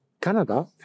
Canada